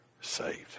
saved